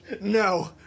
No